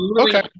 Okay